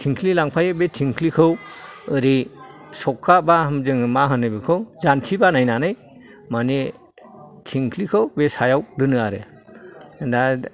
थिंख्लि लांफायो बे थिंख्लिखौ ओरै सखा बा मा होनो बेखौ जान्थि बानायनानै माने थिंख्लिखौ बे सायाव दोनो आरो दा